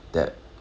that